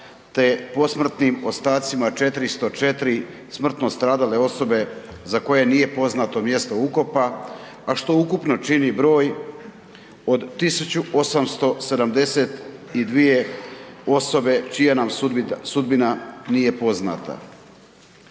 te posmrtnim ostacima 404 smrtno stradale osobe za koje nije poznato mjesto ukopa, a što ukupno čini broj od 1872 osobe čija nam sudbina nije poznata.